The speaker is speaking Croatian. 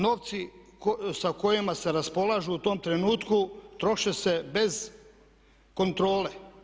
Novci sa kojima se raspolaže u tom trenutku troše se bez kontrole.